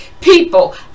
people